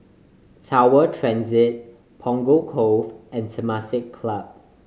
Tower Transit Punggol Cove and Temasek Club